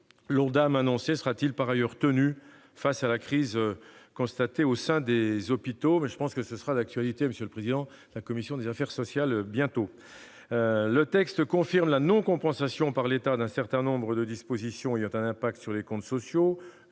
L'Ondam annoncé sera-t-il par ailleurs tenu face à la crise constatée au sein des hôpitaux ? Ce sera bientôt, me semble-t-il, l'actualité de la commission des affaires sociales. Le texte confirme la non-compensation par l'État d'un certain nombre de dispositions ayant un impact sur les comptes sociaux,